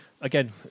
Again